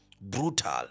brutal